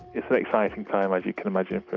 it's an exciting time, as you can imagine,